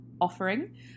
offering